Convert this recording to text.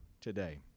today